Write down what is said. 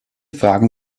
fragen